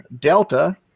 Delta